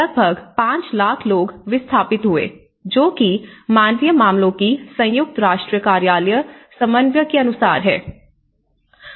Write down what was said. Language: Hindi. लगभग 5 लाख लोग विस्थापित हुए जो कि मानवीय मामलों की संयुक्त राष्ट्र कार्यालय समन्वय के अनुसार है